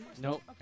Nope